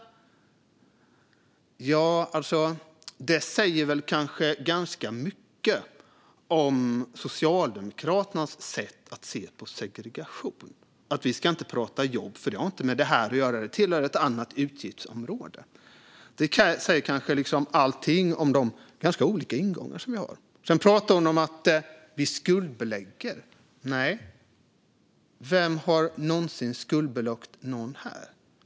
Det säger väl ganska mycket om Socialdemokraternas sätt att se på segregation. Vi ska inte prata jobb, för det har inte med detta att göra. Det tillhör ett annat utgiftsområde. Det säger kanske allting om de ganska olika ingångar som vi har. Sedan pratar hon om att vi skuldbelägger. Nej, vem har någonsin skuldbelagt någon här?